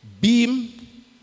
beam